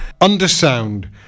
Undersound